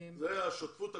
זוהי השותפות הגדולה?